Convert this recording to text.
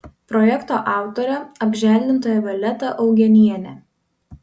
projekto autorė apželdintoja violeta augėnienė